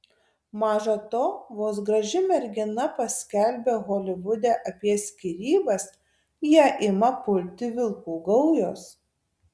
maža to vos graži mergina paskelbia holivude apie skyrybas ją ima pulti vilkų gaujos